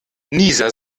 nieser